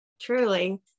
Truly